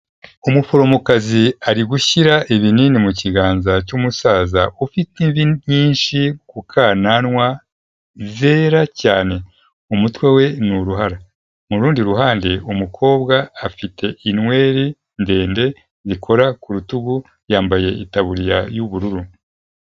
Umuforomokazi ari gushyira ibinini mu kiganza cy'umusaza ufite imvi nyinshi ku kananwa zera cyane. Umutwe we ni uruhara. Mu rundi ruhande umukobwa afite inweri ndende zikora ku rutugu, yambaye itaburiya y'ubururu.